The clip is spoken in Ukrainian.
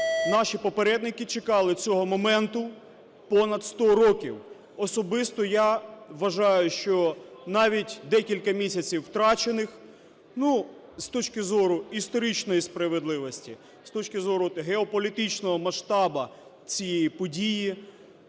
наші попередники чекали цього моменту понад 100 років. Особисто я вважаю, що навіть декілька місяців втрачених, з точки зору історичної справедливості, з точки зору геополітичного масштабу, ці події